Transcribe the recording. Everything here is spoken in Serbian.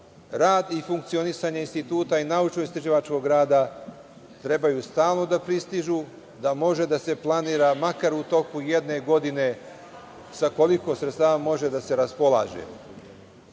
rad i funkcionisanje instituta i naučno-istraživačkog rada trebaju stalno da pristižu, da može da se planira makar u toku jedne godine sa koliko sredstava može da se raspolaže. Sadašnji